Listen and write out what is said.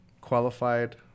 qualified